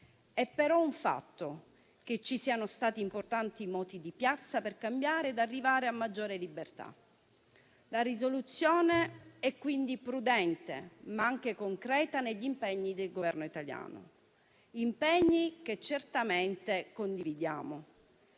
È però un fatto che ci siano stati importanti moti di piazza per cambiare e arrivare a maggiore libertà. La risoluzione è quindi prudente, ma anche concreta negli impegni del Governo italiano, impegni che certamente condividiamo.